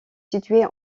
située